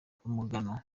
utanga